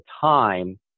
time